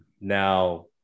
Now